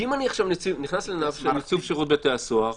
כי אם אני עכשיו נכנס לנעליו של נציב שירות בתי הסוהר,